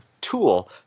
tool